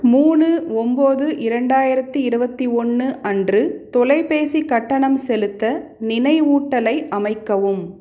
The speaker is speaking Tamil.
மூணு ஒன்போது இரண்டாயிரத்தி இருபத்தி ஒன்று அன்று தொலைபேசி கட்டணம் செலுத்த நினைவூட்டலை அமைக்கவும்